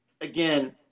again